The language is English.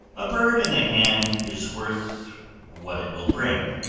a bird in the hand is worth what it will bring.